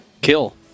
Kill